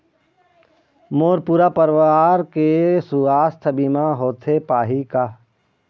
मोर पूरा परवार के सुवास्थ बीमा होथे पाही का?